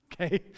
Okay